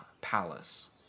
palace